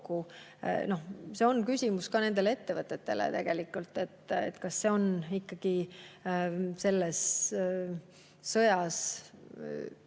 See on küsimus ka nendele ettevõtetele, kas see on ikkagi selles sõjas